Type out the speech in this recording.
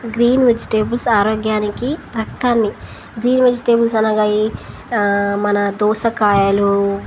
green vegetables ఆరోగ్యానికి రక్తాన్ని green vegetables అనగా అవి మన దోసకాయలు